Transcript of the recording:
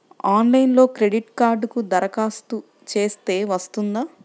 ఆన్లైన్లో క్రెడిట్ కార్డ్కి దరఖాస్తు చేస్తే వస్తుందా?